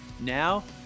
now